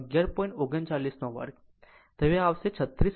39 વર્ગ તે હવે આવશે 36